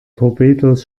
torpedos